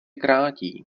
krátí